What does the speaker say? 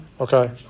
Okay